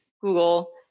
Google